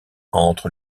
entre